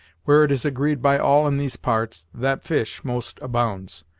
where it is agreed by all in these parts that fish most abounds,